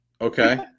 Okay